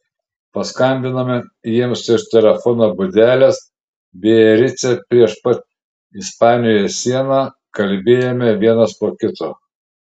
paskambinome jiems iš telefono būdelės biarice prieš pat ispanijos sieną kalbėjome vienas po kito